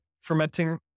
fermenting